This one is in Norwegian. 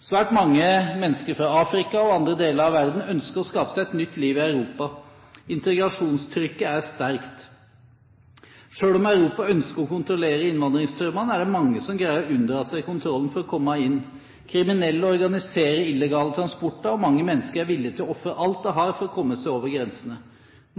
Svært mange mennesker fra Afrika og andre deler av verden ønsker å skape seg et nytt liv i Europa. Integrasjonstrykket er sterkt. Selv om Europa ønsker å kontrollere innvandringsstrømmene, er det mange som greier å unndra seg kontrollen for å komme inn. Kriminelle organiserer illegale transporter, og mange mennesker er villige til å ofre alt de har for å komme seg over grensene.